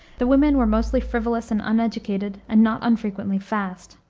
the women were mostly frivolous and uneducated, and not unfrequently fast.